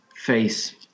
face